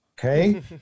Okay